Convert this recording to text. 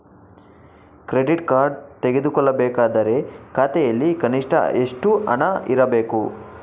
Credit card ತೆಗೆದುಕೊಳ್ಳಬೇಕಾದರೆ ಖಾತೆಯಲ್ಲಿ ಕನಿಷ್ಠ ಎಷ್ಟು ಹಣ ಇರಬೇಕು?